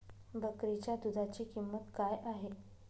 बकरीच्या दूधाची किंमत काय आहे?